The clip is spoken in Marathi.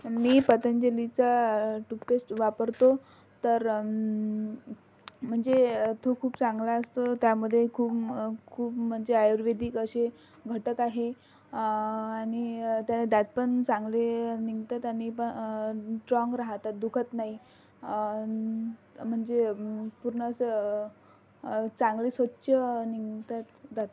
मी पतंजलीचा टूतपेस्ट वापरतो तर म्हणजे तो खूप चांगला असतो त्यामध्ये खूप खूप म्हणजे आयुर्वेदिक असे घटक आहे आणि त्या दात पण चांगले निघतात आणि स्ट्रॉन्ग राहतात दुखत नाही म्हणजे पूर्ण असं चांगली स्वच्छ निघतात दात